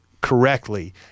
correctly